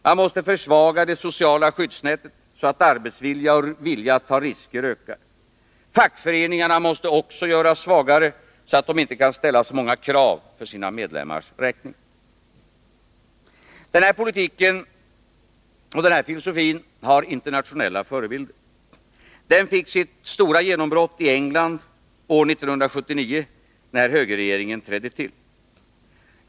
Man måste försvaga det sociala skyddsnätet, så att arbetsviljan och viljan att ta risker ökar. Fackföreningarna måste också göras svagare, så att de inte kan ställa så många krav för sina medlemmars räkning. Den här politiken och den här filosofin har internationella förebilder. Den fick sitt stora genombrott i England år 1979, när högerregeringen trädde till.